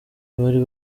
bari